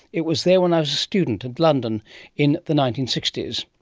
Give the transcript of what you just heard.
it was there when i was a student at london in the nineteen sixty s.